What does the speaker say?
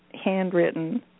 handwritten